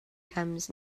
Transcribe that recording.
comes